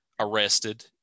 arrested